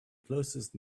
closest